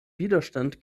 widerstand